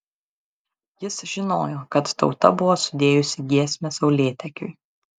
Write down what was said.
jis žinojo kad tauta buvo sudėjusi giesmę saulėtekiui